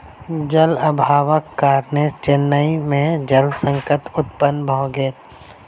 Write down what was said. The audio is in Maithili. जल अभावक कारणेँ चेन्नई में जल संकट उत्पन्न भ गेल